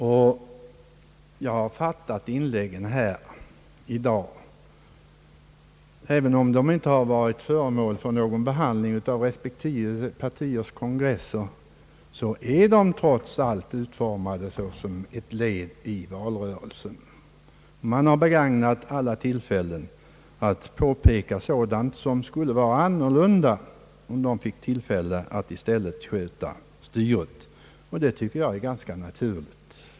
även om inläggen här i dag inte varit föremål för någon behandling av respektive partiers kongresser, har de trots allt utformats som ett led i valrörelsen. Man har tagit alla tillfällen att påpeka sådant som skulle vara annorlunda om man fick tillfälle att i stället sköta styret. Det tycker jag är ganska naturligt.